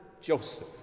Joseph